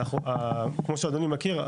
כמו שאדוני מכיר,